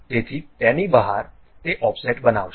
તેથી તેની બહાર તે ઓફસેટ બનાવશે